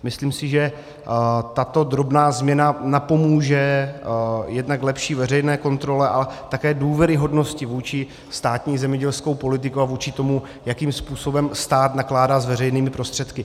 Myslím si, že tato drobná změna napomůže jednak lepší veřejné kontrole a také důvěryhodnosti vůči státní zemědělské politice a vůči tomu, jakým způsobem stát nakládá s veřejnými prostředky.